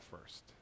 first